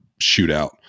shootout